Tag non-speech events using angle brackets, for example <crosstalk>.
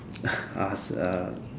<breath> ask uh